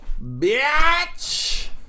bitch